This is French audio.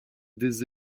des